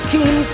Team